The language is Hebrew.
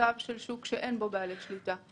ומצב של שוק שאין בו בעלי שליטה.